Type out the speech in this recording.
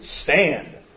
stand